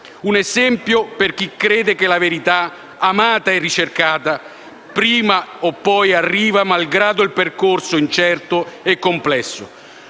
un esempio per chi crede che la verità, amata e ricercata, prima o poi arriva, malgrado il percorso incerto e complesso.